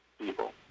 people